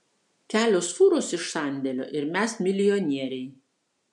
kelios fūros iš sandėlio ir mes milijonieriai